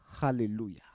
Hallelujah